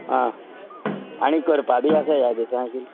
आं आनी करपा बी आसा ह्या दिसान